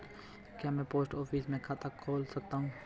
क्या मैं post office में खाता खोल सकता हूँ?